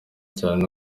cyane